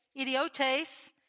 idiotes